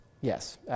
yes